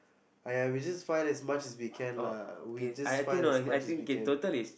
!aiya! we just find as much as we can lah we just find as much as we can